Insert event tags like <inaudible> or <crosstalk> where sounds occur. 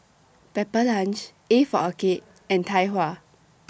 Pepper Lunch A For Arcade <noise> and Tai Hua <noise>